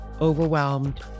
overwhelmed